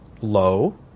low